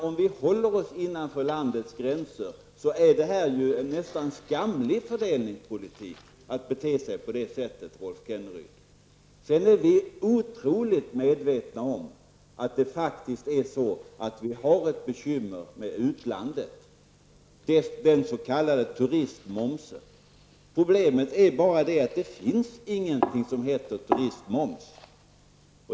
Om vi håller oss innanför landets gränser är det nästan skamlig fördelningspolitik att bete sig på detta sätt, Rolf Däremot är vi otroligt medvetna om att vi faktiskt har bekymmer med utlandet i fråga om den s.k. turistmomsen. Problemet är bara att det inte finns något som heter turistmoms.